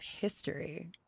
history